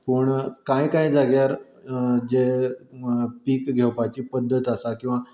पूण कांय कांय जाग्यार जे पीक घेवपाची पध्दत आसा किंवां